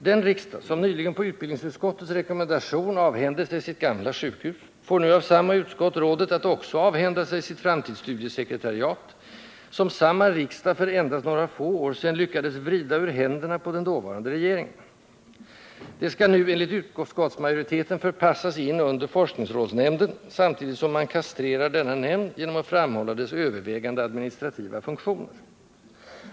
Den riksdag, som nyligen på utbildningsutskottets rekommendation avhände sig sitt gamla sjukhus, får nu av samma utskott rådet att också avhända sig sitt framtidsstudiesekretariat, som samma riksdag för endast några få år sedan lyckades vrida ur händerna på den dåvarande regeringen. Det skall nu — enligt utskottsmajoriteten — förpassas in under forskningsrådsnämnden, samtidigt som man kastrerar denna nämnd genom att framhålla dess övervägande administrativa funktioner.